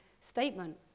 statement